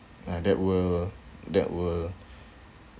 uh that will that will